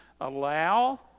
allow